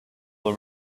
will